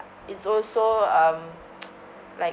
it's also um like